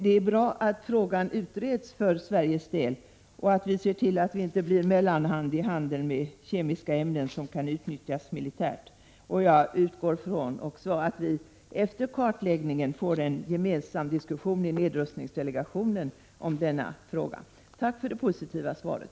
Det är bra att frågan utreds för Sveriges del och att vi ser till att vi inte blir mellanhand i handeln med kemiska ämnen som kan utnyttjas militärt. Jag utgår också från att vi efter kartläggningen får en gemensam diskussion i nedrustningsdelegationen om denna fråga. Tack för det positiva svaret.